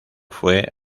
fue